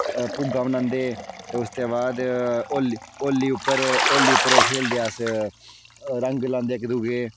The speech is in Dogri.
भुग्गा बनांदे ते उसदे बाद होली उप्पर होली उप्पर ओह् खेढदे अस रंग लांदे इक दूए